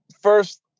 First